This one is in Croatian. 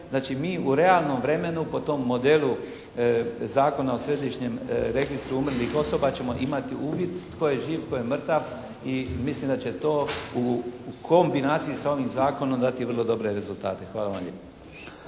znači mi u realnom vremenu po tom modelu Zakona o središnjem registru umrlih osoba ćemo imati uvid tko je živ, tko je mrtav i mislim da će to u kombinaciji s ovim Zakonom dati vrlo dobre rezultate. Hvala vam